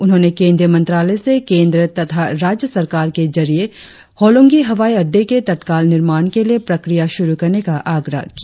उन्होंने केंद्रीय मंत्रालय से केंद्र तथा राज्य सरकार के जरिए होलोंगी हवाई अड्डे के तत्काल निर्माण के लिए प्रक्रिया शुरु करने का आग्रह किया